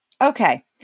Okay